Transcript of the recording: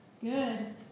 Good